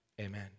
amen